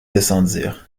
descendirent